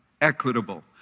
equitable